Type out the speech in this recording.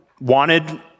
wanted